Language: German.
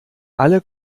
alle